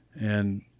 And-